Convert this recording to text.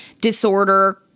disorder